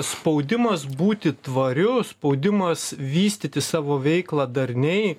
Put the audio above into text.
spaudimas būti tvariu spaudimas vystyti savo veiklą darniai